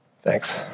Thanks